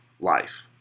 life